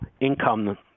income